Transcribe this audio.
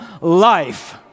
life